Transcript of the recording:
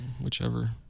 Whichever